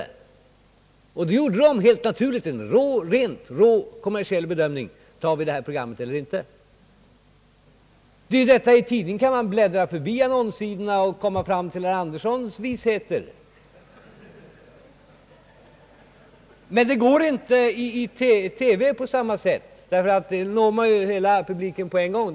Annonsörerna gjorde naturligtvis en rent rå kommersiell bedömning vid sitt ställningstagande. I en tidning kan man bläddra förbi annonssidorna och komma fram till herr Axel Anderssons visheter, men den möj ligheten finns inte i TV, ty den når ju hela publiken på en gång.